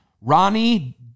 Ronnie